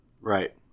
Right